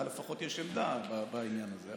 לה, לפחות, יש עמדה בעניין הזה.